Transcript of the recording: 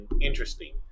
interesting